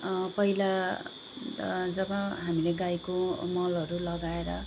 पहिला त जब हामीले गाईको मलहरू लगाएर